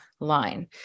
line